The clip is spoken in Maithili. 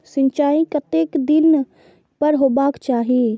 सिंचाई कतेक दिन पर हेबाक चाही?